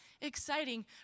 exciting